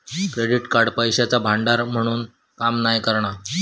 credit card पैशाचा भांडार म्हणून काम नाय करणा